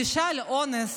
ענישה על אונס,